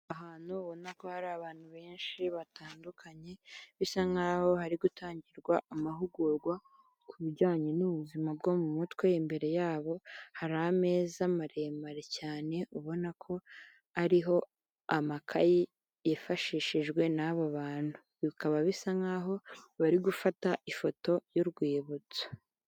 Ahantu ubona ko hari abantu benshi batandukanye, bisa nkaho hari gutangirwa amahugurwa ku bijyanye n'ubuzima bwo mu mutwe, imbere yabo hari ameza maremare cyane ubona ko ariho amakayi yifashishijwe n'abo bantu. Bikaba bisa nkaho bari gufata ifoto y'urwibutso.